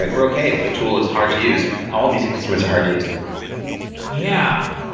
we're okay if the tool is hard to use. all music instruments hard to use yeah.